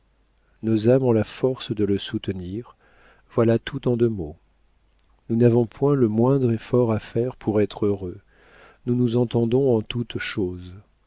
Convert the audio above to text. nos âmes ont la force de le soutenir voilà tout en deux mots nous n'avons point le moindre effort à faire pour être heureux nous nous entendons en toutes choses